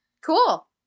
Cool